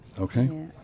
Okay